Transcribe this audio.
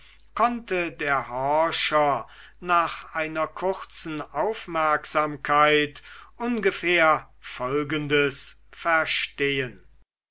konnte der horcher nach einer kurzen aufmerksamkeit ungefähr folgendes verstehen